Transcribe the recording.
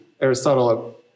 Aristotle